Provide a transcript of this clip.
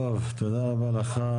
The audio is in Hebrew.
טוב, תודה רבה לך.